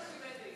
תמימי דעים.